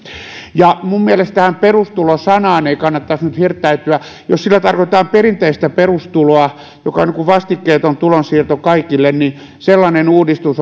mielestäni tähän perustulo sanaan ei kannattaisi nyt hirttäytyä jos sillä tarkoitetaan perinteistä perustuloa joka on niin kuin vastikkeeton tulonsiirto kaikille niin sellainen uudistus